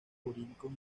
jurídicos